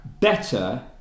Better